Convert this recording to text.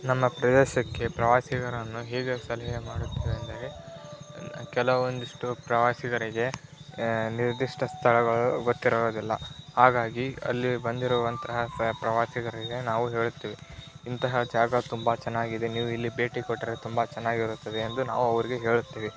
ನಮ್ಮ ಪ್ರದೇಶಕ್ಕೆ ಪ್ರವಾಸಿಗರನ್ನು ಹೇಗೆ ಸಲಹೆ ಮಾಡುತ್ತೇವೆಂದರೆ ಕೆಲವೊಂದಿಷ್ಟು ಪ್ರವಾಸಿಗರಿಗೆ ನಿರ್ದಿಷ್ಟ ಸ್ಥಳಗಳು ಗೊತ್ತಿರುವುದಿಲ್ಲ ಹಾಗಾಗಿ ಅಲ್ಲಿ ಬಂದಿರುವಂತಹ ಸ ಪ್ರವಾಸಿಗರಿಗೆ ನಾವು ಹೇಳುತ್ತೀವಿ ಇಂತಹ ಜಾಗ ತುಂಬ ಚೆನ್ನಾಗಿದೆ ನೀವು ಇಲ್ಲಿ ಭೇಟಿ ಕೊಟ್ಟರೆ ತುಂಬ ಚೆನ್ನಾಗಿರುತ್ತದೆ ಎಂದು ನಾವು ಅವ್ರಿಗೆ ಹೇಳುತ್ತೀವಿ